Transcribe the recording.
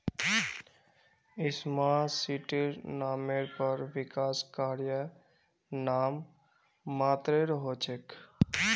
smart सिटीर नामेर पर विकास कार्य नाम मात्रेर हो छेक